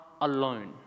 alone